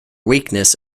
weakness